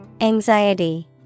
Anxiety